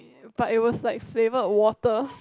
but it was like flavour of water